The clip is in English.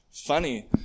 Funny